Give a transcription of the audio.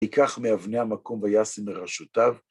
ויקח מאבני המקום וישם מראשותיו